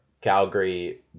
Calgary